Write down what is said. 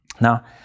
Now